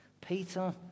Peter